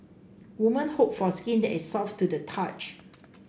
women hope for skin that is soft to the touch